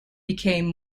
became